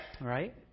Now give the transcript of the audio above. right